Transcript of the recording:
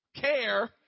Care